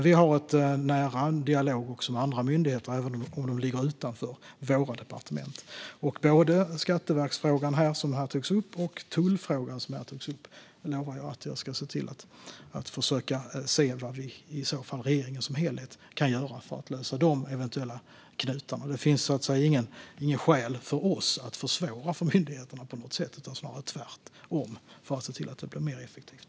Vi har en nära dialog också med andra myndigheter, även om de ligger utanför våra departement. Både i den fråga om Skatteverket och i den fråga om tullen som togs upp lovar jag att försöka se vad regeringen som helhet kan göra för att lösa de eventuella knutarna. Det finns inget skäl för oss att försvåra för myndigheterna på något sätt, utan vi vill tvärtom snarare se till att det blir mer effektivt.